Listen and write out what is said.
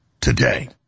today